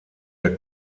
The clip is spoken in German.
der